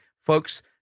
Folks